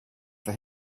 for